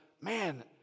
man